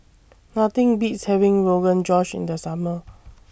Nothing Beats having Rogan Josh in The Summer